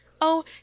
Oh